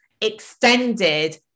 extended